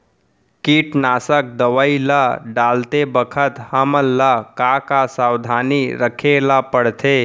कीटनाशक दवई ल डालते बखत हमन ल का का सावधानी रखें ल पड़थे?